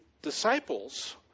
Disciples